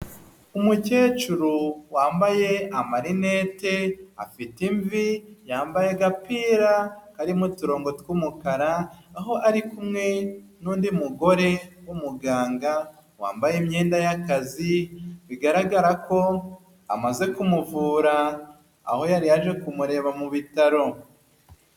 Umukecuru wambaye amarinete, afite imvi, yambaye agapira karimo uturongo tw'umukara, aho ari kumwe n'undi mugore w'umuganga, wambaye imyenda y'akazi, bigaragara ko amaze kumuvura, aho yari yaje kumureba mu bitaro.